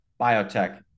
Biotech